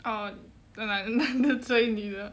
oh 男男得追女的